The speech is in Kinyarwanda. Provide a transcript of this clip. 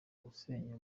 gusenya